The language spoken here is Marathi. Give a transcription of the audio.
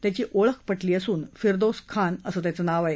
त्याची ओळख पटली असून फिरदोसखान असं त्याचं नाव आहे